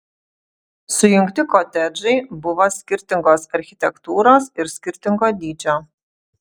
sujungti kotedžai buvo skirtingos architektūros ir skirtingo dydžio